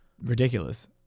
ridiculous